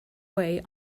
way